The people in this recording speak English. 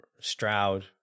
Stroud